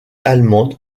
allemande